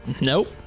Nope